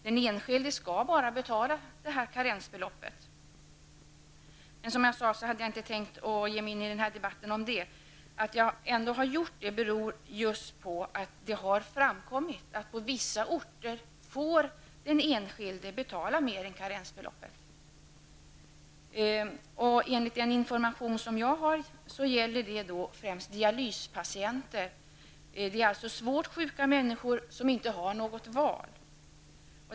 Den enskilde skall bara betala karensbeloppet. Men jag hade, som jag sade, inte tänkt att ge mig in i den här debatten. Att jag ändå har gjort det beror på att det har framkommit att på vissa orter får den enskilde betala mer än karensbeloppet. Enligt den information som jag har gäller det främst dialyspatienter. Det är svårt sjuka människor som inte har något val.